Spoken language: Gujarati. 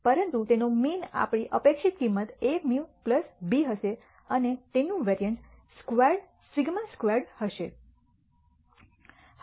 પરંતુ તેનો મીન આપણી અપેક્ષિત કિંમત a μ b હશે અને તેનું વેરિઅન્સ સ્ક્વેર્ડ σ સ્ક્વેર્ડ હશે